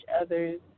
others